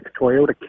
Toyota